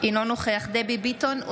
אינו נוכח דבי ביטון,